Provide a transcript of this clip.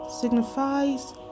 signifies